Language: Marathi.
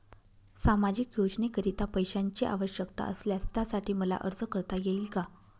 सामाजिक योजनेकरीता पैशांची आवश्यकता असल्यास त्यासाठी मला अर्ज करता येईल का?